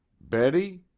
Betty